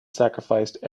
sacrificed